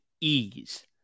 ease